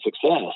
success